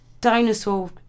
dinosaur